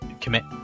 commit